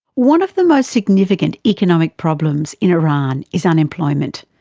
one of the most significant economic problems in iran is unemployment,